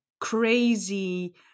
crazy